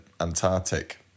Antarctic